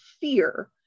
fear